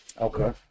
Okay